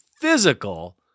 physical